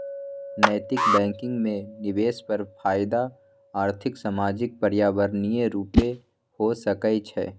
नैतिक बैंकिंग में निवेश पर फयदा आर्थिक, सामाजिक, पर्यावरणीय रूपे हो सकइ छै